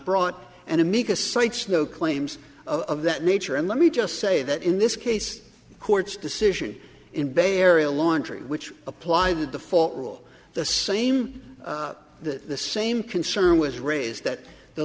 brought and amicus cites no claims of that nature and let me just say that in this case court's decision in bay area laundry which apply the default will the same the same concern was raised that the